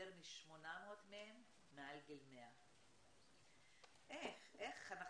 יותר מ-800 מהם מעל גיל 100. איך אנחנו